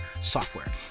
software